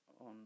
on